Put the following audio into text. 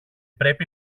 πρέπει